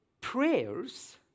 prayers